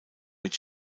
mit